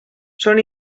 són